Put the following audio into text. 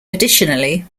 additionally